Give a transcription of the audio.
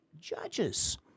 judges